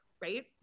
right